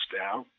down